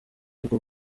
ubwo